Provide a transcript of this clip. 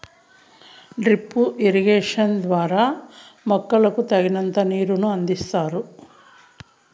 drip irrigation ద్వారా మొక్కకు తగినంత నీరును అందిస్తారు